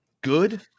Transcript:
good